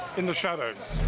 in the shadows.